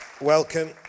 welcome